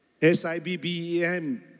SIBBEM